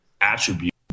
attribute